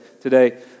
today